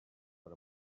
per